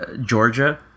Georgia